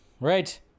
Right